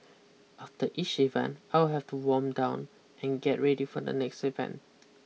after each event I would have to warm down and get ready for the next event